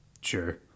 Sure